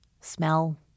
smell